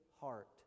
heart